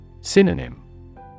Synonym